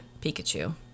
pikachu